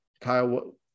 Kyle